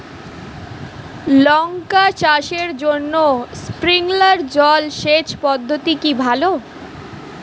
লঙ্কা চাষের জন্য স্প্রিংলার জল সেচ পদ্ধতি কি ভালো?